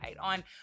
on